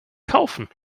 kaufen